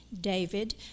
David